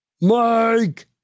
Mike